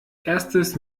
erstes